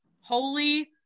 holy